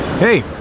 Hey